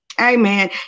Amen